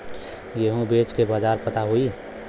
गेहूँ बेचे के बाजार पता होई?